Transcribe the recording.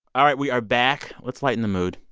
all right. we are back. let's lighten the mood.